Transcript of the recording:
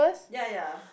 ya ya